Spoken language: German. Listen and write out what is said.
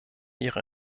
ihre